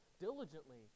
diligently